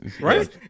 right